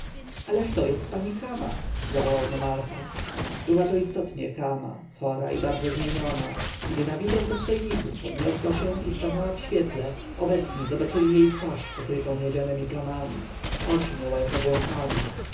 ależ to jest pani kama zawołał nomarcha była to istotnie kama chora i bardzo zmieniona gdy na widok dostojników podniosła się i stanęła w świetle obecni zobaczyli jej twarz pokrytą miedzianemi plamami oczy miała jak obłąkane